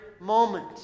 moment